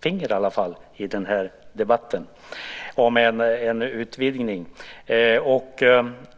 finger i den här debatten om en utvidgning.